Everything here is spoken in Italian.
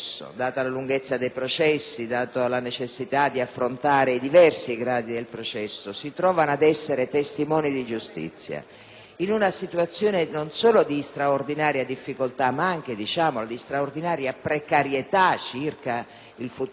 in una situazione non solo di straordinaria difficoltà ma anche di incredibile precarietà circa il futuro - possibilità di mantenere la propria famiglia, nonché un ruolo e una dignità legate al fatto di esercitare una professione o svolgere un lavoro